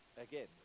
again